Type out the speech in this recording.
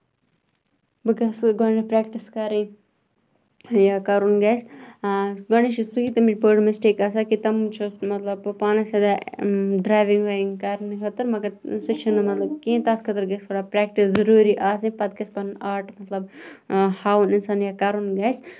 بہٕ گژھٕ گۄڈٕنیٚتھ پرٮ۪کٹِس کَرٕنۍ یا کَرُن گژھِ گۄڈٕنیتھ چھُ سُے تَمِچ بٔڑ مِسٹیک آسان کہِ تٔمۍ چھُ مطلب بہٕ پانَس سۭتۍ ہے ڈرایوِنگ وایوِنگ کرنہٕ سۄ تہِ مَگر سُہ تہِ چھُنہٕ مطلب کِہیٖنۍ تَتھ خٲطرٕ گژھِ تھوڑا پریکٹِس ضروٗری آسٕنۍ پَتہٕ گژھِ پَنُن آرٹ مطلب ہاوُن اِنسان یا کَرُن گژھِ